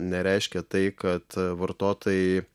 nereiškia tai kad vartotojai